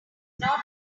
not